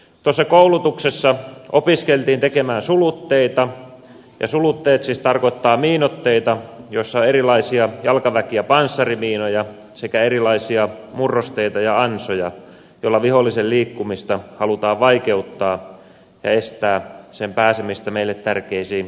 tuossa koulutuksessa opiskeltiin tekemään sulutteita ja sulutteet siis tarkoittavat miinoitteita joissa on erilaisia jalkaväki ja panssarimiinoja sekä erilaisia murrosteita ja ansoja joilla vihollisen liikkumista halutaan vaikeuttaa ja estää sen pääsemistä meille tärkeisiin kohteisiin